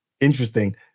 interesting